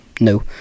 no